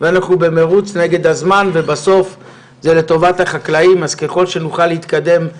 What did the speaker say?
בסוף בבג"ץ ובפסיקה משפטית נקבע שהם לא יכולים ככה לפתוח לול,